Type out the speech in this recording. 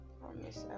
promise